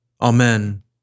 Amen